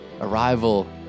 arrival